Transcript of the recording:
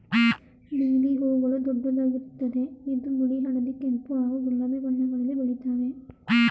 lily ಹೂಗಳು ದೊಡ್ಡದಾಗಿರ್ತದೆ ಇದು ಬಿಳಿ ಹಳದಿ ಕೆಂಪು ಹಾಗೂ ಗುಲಾಬಿ ಬಣ್ಣಗಳಲ್ಲಿ ಬೆಳಿತಾವೆ